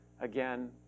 again